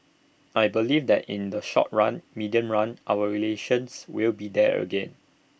I believe that in the short run medium run our relations will be there again